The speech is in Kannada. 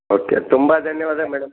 ಓಕೆ ತುಂಬ ಧನ್ಯವಾದ ಮೇಡಮ್